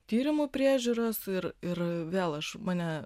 tyrimų priežiūros ir ir vėl aš mane